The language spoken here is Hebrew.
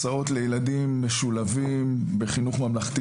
הסעות לילדים משולבים בחינוך ממלכתי